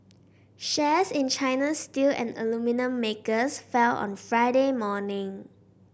shares in China's steel and aluminium makers fell on Friday morning